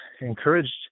encouraged